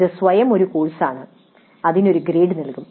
ഇത് സ്വയം ഒരു കോഴ്സാണ് ഇതിന് ഒരു ഗ്രേഡ് നൽകും